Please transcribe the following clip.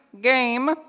game